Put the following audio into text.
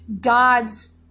God's